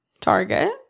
Target